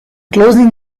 closing